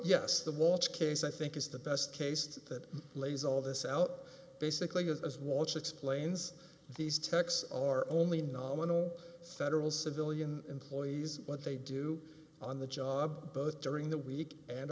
yes the watch case i think is the best case that lays all this out basically as walsh explains these techs are only nominal federal civilian employees what they do on the job both during the week and